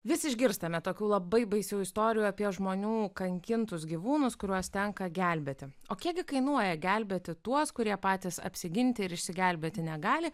vis išgirstame tokių labai baisių istorijų apie žmonių kankintus gyvūnus kuriuos tenka gelbėti o kiekgi kainuoja gelbėti tuos kurie patys apsiginti ir išsigelbėti negali